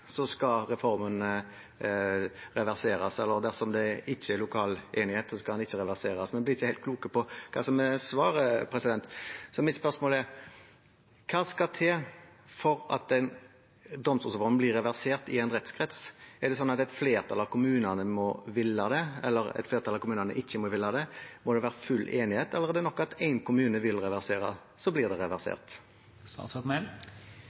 skal reformen reverseres, og dersom det ikke er lokal enighet, skal den ikke reverseres. Vi blir ikke helt kloke på hva som er svaret. Mitt spørsmål er: Hva skal til for at en domstolsreform blir reversert i en rettskrets? Er det slik at et flertall av kommunene må ville det, eller at et flertall av kommunene ikke må ville det? Må det være full enighet, eller er det nok at én kommune vil reversere – og så blir det